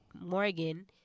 Morgan